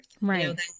Right